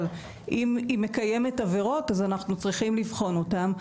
אבל אם היא מקיימת עבירות אז אנחנו צריכים לבחון אותם,